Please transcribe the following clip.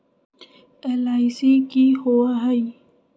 LIC की होअ हई?